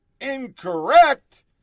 incorrect